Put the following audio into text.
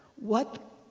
what